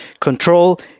control